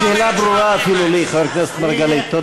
השאלה ברורה אפילו לי, חבר הכנסת מרגלית.